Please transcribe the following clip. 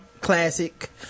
classic